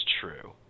true